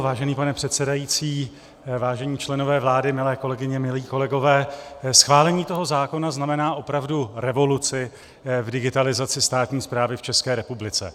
Vážený pane předsedající, vážení členové vlády, milé kolegyně, milí kolegové, schválení toho zákona znamená opravdu revoluci v digitalizaci státní správy v České republice.